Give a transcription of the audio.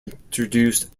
introduced